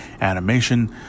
animation